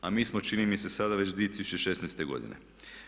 A mi smo čini mi se sada već 2016. godina.